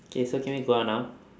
K so can we go out now